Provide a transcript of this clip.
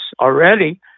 already